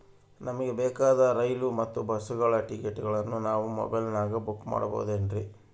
ನಮಗೆ ಬೇಕಾದ ರೈಲು ಮತ್ತ ಬಸ್ಸುಗಳ ಟಿಕೆಟುಗಳನ್ನ ನಾನು ಮೊಬೈಲಿನಾಗ ಬುಕ್ ಮಾಡಬಹುದೇನ್ರಿ?